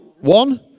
one